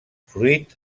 fruit